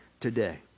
today